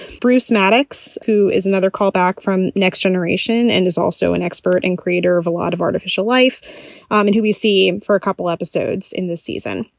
bruce somatics, who is another callback from next generation and is also an expert and creator of a lot of artificial life um and who you see for a couple episodes in this season.